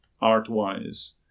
art-wise